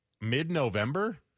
mid-november